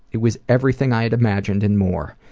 it was everything i had imagined and more.